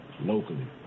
locally